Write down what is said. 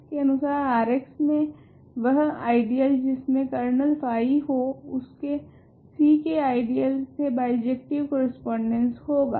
इसके अनुसार Rx मे वह आइडियल जिसमे कर्नल फाई हो उसका C के आइडियल से बाइजेक्टिव कोरेस्पोंडेंस होगा